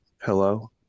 Hello